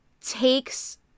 takes